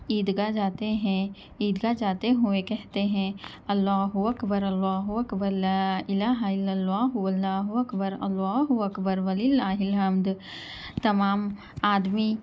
عیدگاہ جاتے ہیں عیدگاہ جاتے ہوئے کہتے ہیں اَللّہُ اکبر اللّہُ اکبر لا الٰہ الّا اللّہ اللّہُ اکبر اللّہُ اکبر و ِللّہِ الحمد تمام آدمی